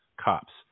Cops